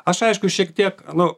aš aišku šiek tiek nu